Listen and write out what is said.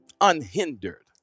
unhindered